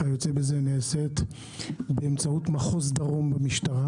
נעשית באמצעות מחוז דרום במשטרה.